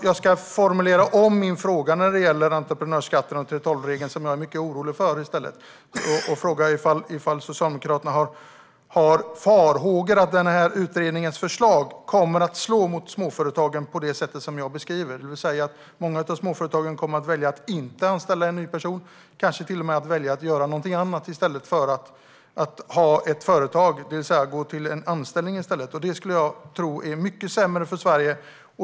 Jag ska formulera om min fråga om entreprenörsskatten och 3:12-regeln, som jag är mycket orolig över: Har Socialdemokraterna farhågor om att utredningens förslag kommer att slå mot småföretagen på det sätt som jag beskriver, det vill säga att många småföretag kommer att välja att inte anställa en ny person och kanske till och med väljer att göra något helt annat i stället för att ha ett företag, det vill säga gå till en anställning i stället? Detta tror jag är mycket sämre för Sverige.